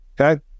Okay